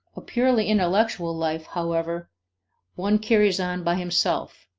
a purely intellectual life, however one carries on by himself,